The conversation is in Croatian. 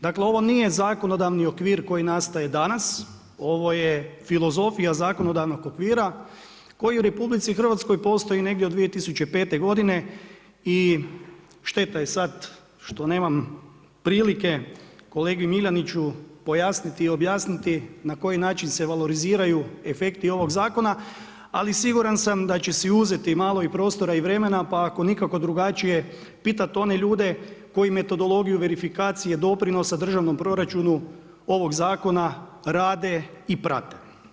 Dakle, ovo nije zakonodavni okvir koji nastaje danas, ovo je filozofija zakonodavnog okvira koji u Republici Hrvatskoj postoji negdje od 2005. godine i šteta je sad što nemam prilike kolegi Miljaniću pojasniti i objasniti na koji način se valoriziraju efekti ovog zakona, ali siguran sam da će si uzeti malo i prostora i vremena, pa ako nikako drugačije pitati one ljude koju metodologiju verifikacije doprinosa državnom proračunu ovog zakona rade i prate.